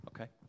Okay